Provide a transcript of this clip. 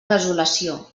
desolació